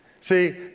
See